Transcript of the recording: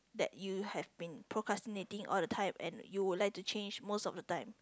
that you have been procrastinating all the time and you would like to change most of the time